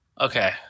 Okay